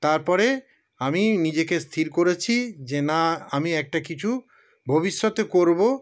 তারপরে আমি নিজেকে স্থির করেছি যে না আমি একটা কিছু ভবিষ্যতে করবো